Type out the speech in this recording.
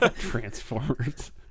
Transformers